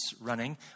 running